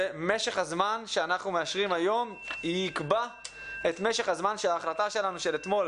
זה משך הזמן שאנחנו מאשרים היום יקבע את משך הזמן של ההחלטה שלנו מאתמול